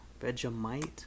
Vegemite